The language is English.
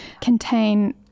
contain